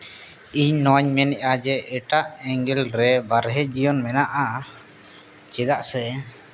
ᱤᱧ ᱱᱚᱣᱟᱧ ᱢᱮᱱᱮᱜᱼᱟ ᱡᱮ ᱮᱴᱟᱜ ᱮᱸᱜᱮᱞ ᱨᱮ ᱵᱟᱨᱦᱮ ᱡᱤᱭᱚᱱ ᱢᱮᱱᱟᱜᱼᱟ ᱪᱮᱫᱟᱜ ᱥᱮ